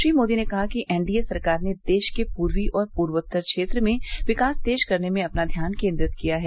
श्री मोदी ने कहा कि एनडीए सरकार ने देश के पूर्वी और पूर्वोत्तर क्षेत्र में विकास तेज करने में अपना ध्यान केन्द्रित किया है